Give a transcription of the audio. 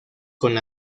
con